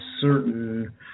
certain